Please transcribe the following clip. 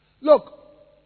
Look